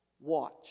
watch